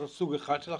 זה סוג אחד של החלטה.